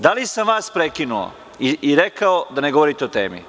Da li sam vas prekinuo i rekao da ne govorite o temi?